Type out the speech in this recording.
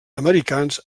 americans